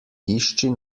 išči